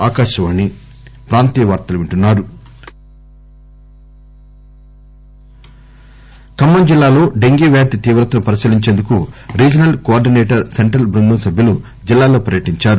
dengue Khammam జిల్లాలో dengue వ్యాధి తీవ్రతను పరిశీలించేందుకు రీజనల్ కోఆర్గిసేటర్ సెంట్రల్ బృందం సభ్యులు జిల్లాలో పర్యటించారు